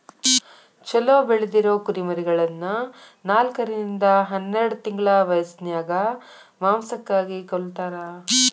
ಚೊಲೋ ಬೆಳದಿರೊ ಕುರಿಮರಿಗಳನ್ನ ನಾಲ್ಕರಿಂದ ಹನ್ನೆರಡ್ ತಿಂಗಳ ವ್ಯಸನ್ಯಾಗ ಮಾಂಸಕ್ಕಾಗಿ ಕೊಲ್ಲತಾರ